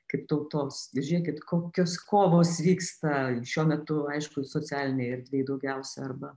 kaip tautos žiūrėkit kokios kovos vyksta šiuo metu aišku socialinėj erdvėj daugiausia arba